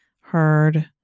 heard